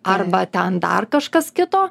arba ten dar kažkas kito